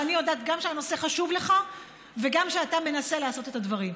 ואני יודעת גם שהנושא חשוב לך וגם שאתה מנסה לעשות את הדברים,